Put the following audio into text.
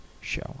show